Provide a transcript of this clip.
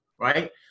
right